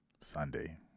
Sunday